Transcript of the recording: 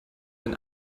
den